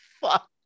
fuck